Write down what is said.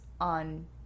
on